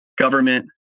government